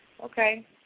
Okay